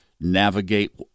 navigate